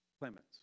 Clemens